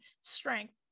strength